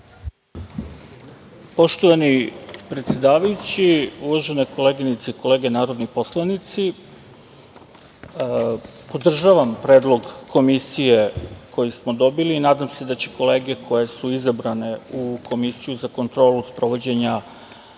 Poštovani predsedavajući, uvažene koleginice i kolege narodni poslanici, podržavam predlog Komisije koju smo dobili. Nadam se da će kolege koje su izabrane u Komisiju za kontrolu sprovođenja